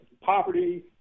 Poverty